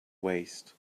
waist